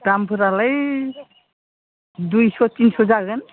दामफोरालाय दुइच' तिनच' जागोन